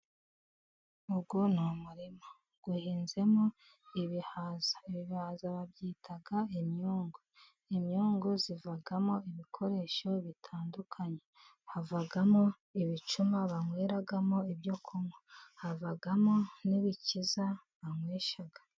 Uyu ni umurima uhinzemo ibihaza, ibihaza babyita imyungu. Imyungu ivamo ibikoresho bitandukanye havamo ibicuma banyweramo ibyo kunywa, havamo n'ibikiza banywesha.